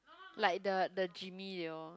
like the the Jimmy they all